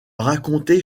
raconter